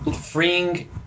freeing